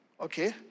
okay